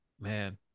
Man